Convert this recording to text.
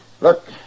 Look